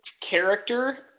character